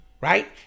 right